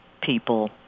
people